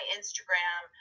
Instagram